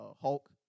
Hulk